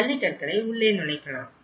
ஜல்லி கற்களை உள்ளே நுழைக்கலாம்